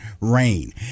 rain